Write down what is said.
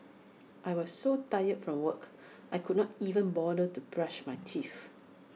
I was so tired from work I could not even bother to brush my teeth